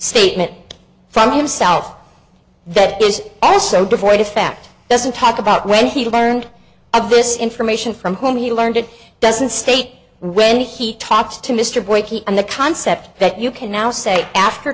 statement from himself that is so devoid of fact doesn't talk about when he learned of this information from whom he learned it doesn't state when he talked to mr boyd and the concept that you can now say a